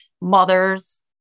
mothers